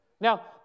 Now